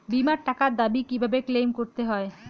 বিমার টাকার দাবি কিভাবে ক্লেইম করতে হয়?